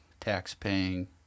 tax-paying